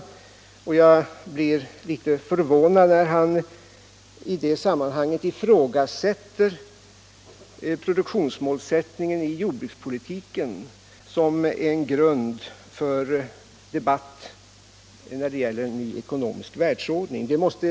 debatt Jag blev litet förvånad när han i det sammanhanget ifrågasatte produktionsmålsättningen i jordbrukspolitiken i samband med debatten om en ny ekonomisk världsordning.